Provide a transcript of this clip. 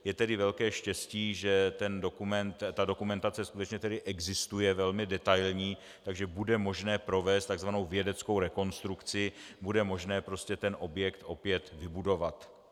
Je tedy velké štěstí, že ta dokumentace skutečně existuje velmi detailní, takže bude možné provést takzvanou vědeckou rekonstrukci, bude možné ten objekt opět vybudovat.